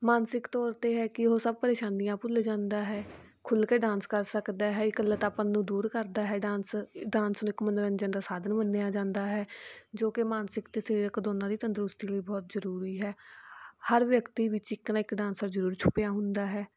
ਮਾਨਸਿਕ ਤੌਰ 'ਤੇ ਹੈ ਕਿ ਉਹ ਸਭ ਪਰੇਸ਼ਾਨੀਆਂ ਭੁੱਲ ਜਾਂਦਾ ਹੈ ਖੁੱਲ੍ਹ ਕੇ ਡਾਂਸ ਕਰ ਸਕਦਾ ਹੈ ਇਕੱਲਤਾ ਪਣ ਨੂੰ ਦੂਰ ਕਰਦਾ ਹੈ ਡਾਂਸ ਡਾਂਸ ਨੂੰ ਇੱਕ ਮਨੋਰੰਜਨ ਦਾ ਸਾਧਨ ਮੰਨਿਆ ਜਾਂਦਾ ਹੈ ਜੋ ਕਿ ਮਾਨਸਿਕ ਅਤੇ ਸਰੀਰਕ ਦੋਨਾਂ ਦੀ ਤੰਦਰੁਸਤੀ ਲਈ ਬਹੁਤ ਜ਼ਰੂਰੀ ਹੈ ਹਰ ਵਿਅਕਤੀ ਵਿੱਚ ਇੱਕ ਨਾ ਇੱਕ ਡਾਂਸਰ ਜ਼ਰੂਰ ਛੁਪਿਆ ਹੁੰਦਾ ਹੈ